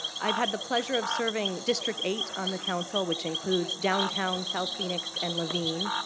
i've had the pleasure of serving district eight on the council, which includes downtown, south phoenix and laveen.